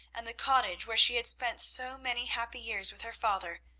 and the cottage where she had spent so many happy years with her father,